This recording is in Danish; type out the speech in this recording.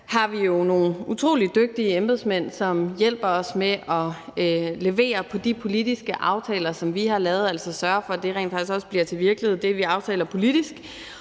jo har nogle utrolig dygtige embedsmænd, som hjælper os med at levere på de politiske aftaler, som vi har lavet – altså sørge for, at det, vi aftaler politisk, rent faktisk også bliver til virkelighed, og vi har lavet